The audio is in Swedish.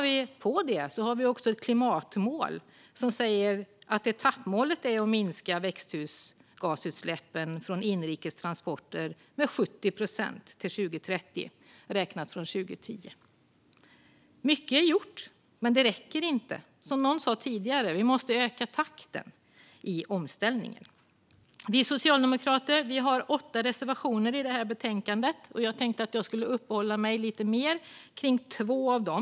Vi har också ett klimatmål som säger att etappmålet är att minska växthusgasutsläppen från inrikestransporter med 70 procent till 2030 räknat från 2010. Mycket är gjort, men det räcker inte. Som någon sa tidigare: Vi måste öka takten i omställningen. Vi socialdemokrater har åtta reservationer i betänkandet. Jag tänker uppehålla mig lite mer vid två av dem.